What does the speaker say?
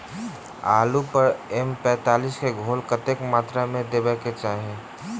आलु पर एम पैंतालीस केँ घोल कतेक मात्रा मे देबाक चाहि?